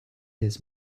his